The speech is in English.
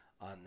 on